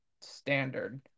standard